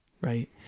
right